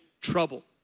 trouble